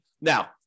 Now